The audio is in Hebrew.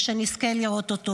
ושנזכה לראות אותו.